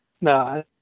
No